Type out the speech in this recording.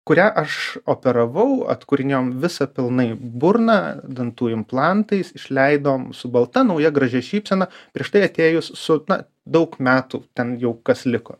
kurią aš operavau atkūrinėjom visą pilnai burną dantų implantais išleidom su balta nauja gražia šypsena prieš tai atėjus su na daug metų ten jau kas liko